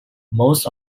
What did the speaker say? most